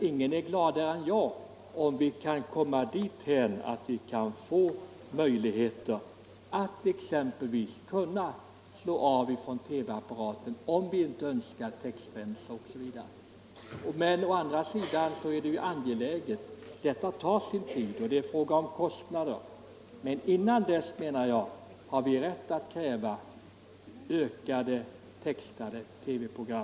Ingen är gladare än jag om vissa handikapp att ta del av Sveriges Radios programutbud vi kan komma dithän att vi får möjligheter att koppla om TV-apparaten om vi inte önskar textremsor osv. Det får ta sin tid, och det är en fråga om kostnader, men innan dess har vi rätt att kräva ett ökat antal textade TV-program.